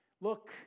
look